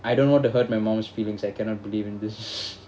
I don't want to hurt my mom's feelings I cannot believe in this